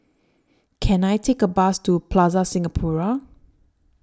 Can I Take A Bus to Plaza Singapura